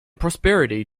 prosperity